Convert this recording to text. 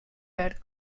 verd